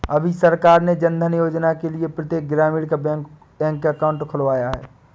अभी सरकार ने जनधन योजना के लिए प्रत्येक ग्रामीणों का बैंक अकाउंट खुलवाया है